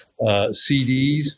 CDs